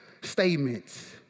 statements